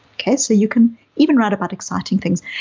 okay. so you can even write about exciting things.